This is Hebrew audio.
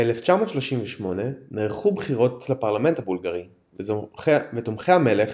ב-1938 נערכו בחירות לפרלמנט הבולגרי ותומכי המלך